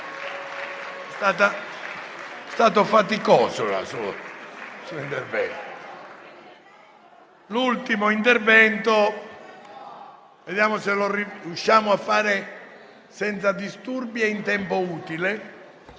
l'ultimo intervento, vediamo se lo riusciamo a fare senza disturbi e in tempo utile.